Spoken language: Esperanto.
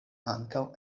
ankaŭ